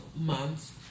months